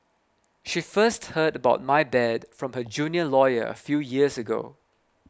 she first heard about my bad from her junior lawyer a few years ago